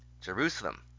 Jerusalem